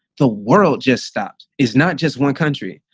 the world just stopped is not just one country.